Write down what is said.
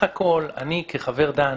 כחבר דן